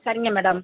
சரிங்க மேடம்